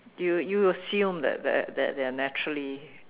you you assume that that that they're naturally